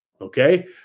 Okay